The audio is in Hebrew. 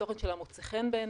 מוצא חן בעינינו,